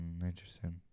Interesting